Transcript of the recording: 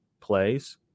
plays